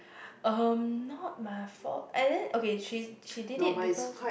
um not my fault and then okay she she did it because